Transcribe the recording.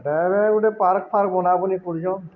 ବେ ଗୋଟେ ପାର୍କ ଫାର୍କ ବନା ବୋଲି ପୁର୍ଚନ୍